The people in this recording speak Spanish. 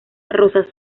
rosas